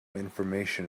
information